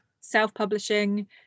self-publishing